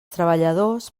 treballadors